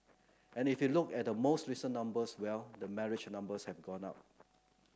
and if you look at the most recent numbers well the marriage numbers have gone up